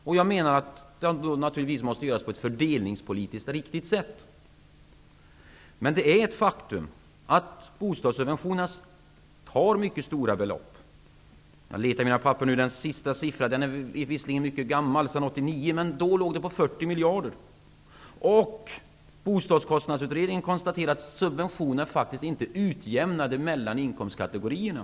Det måste naturligtvis göras på ett fördelningspolitiskt riktigt sätt. Men det är ett faktum att bostadssubventionerna tar mycket stora belopp i anspråk. Jag letar här i mina papper. Den sista siffra som jag har är ganska gammal. Den är från år 1989. Bostadskostnadsutredningen konstaterade att subventionerna faktiskt inte utjämnade mellan inkomstkategorierna.